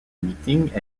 meetings